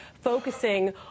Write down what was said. focusing